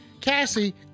cassie